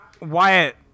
Wyatt